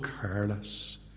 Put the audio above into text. careless